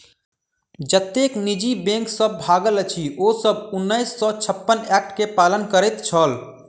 जतेक निजी बैंक सब भागल अछि, ओ सब उन्नैस सौ छप्पन एक्ट के पालन करैत छल